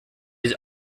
his